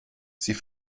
sie